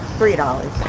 three dollars.